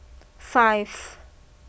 five